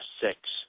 six